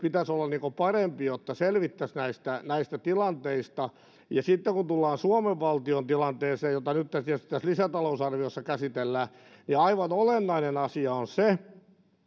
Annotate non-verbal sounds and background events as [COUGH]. [UNINTELLIGIBLE] pitäisi olla parempi jotta selvittäisiin näistä näistä tilanteista ja sitten kun tullaan suomen valtion tilanteeseen jota nyt tietysti tässä lisätalousarviossa käsitellään niin aivan olennainen asia on se